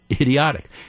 idiotic